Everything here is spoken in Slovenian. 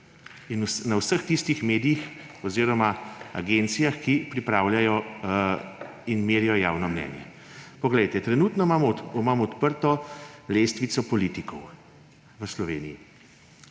in vseh tistih medijih oziroma agencijah, ki pripravljajo in merijo javno mnenje. Trenutno imam odprto lestvico politikov v Sloveniji,